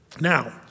Now